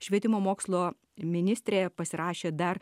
švietimo mokslo ministrė pasirašė dar